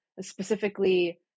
specifically